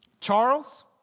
Charles